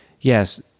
yes